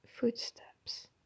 footsteps